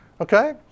okay